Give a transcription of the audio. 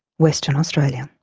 western australia.